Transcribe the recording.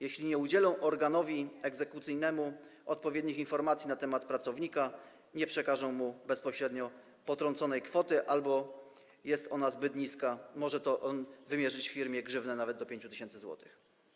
Jeśli nie udzielą organowi egzekucyjnemu odpowiednich informacji na temat pracownika, nie przekażą mu bezpośrednio potrąconej kwoty albo będzie ona zbyt niska, może on wymierzyć firmie grzywnę nawet do 5 tys. zł.